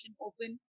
open